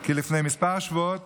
כי לפני כמה שבועות